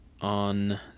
on